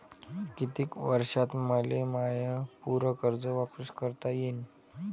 कितीक वर्षात मले माय पूर कर्ज वापिस करता येईन?